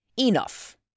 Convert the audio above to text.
Enough